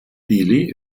dili